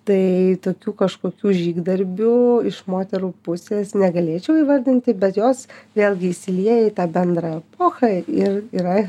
tai tokių kažkokių žygdarbių iš moterų pusės negalėčiau įvardinti bet jos vėlgi įsilieja į tą bendrą epochą ir yra